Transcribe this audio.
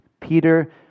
Peter